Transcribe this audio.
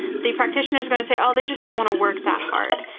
the practitioner is going to say, oh, they just don't want to work that hard.